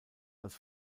als